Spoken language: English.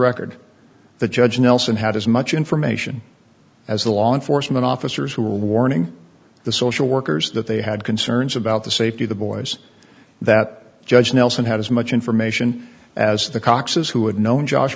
record the judge nelson had as much information as the law enforcement officers who were warning the social workers that they had concerns about the safety of the boys that judge nelson had as much information as the coxes who had known josh